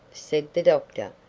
said the doctor.